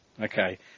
Okay